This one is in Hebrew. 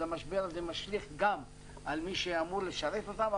אז המשבר הזה משליך גם על מי שאמור לשרת אותם.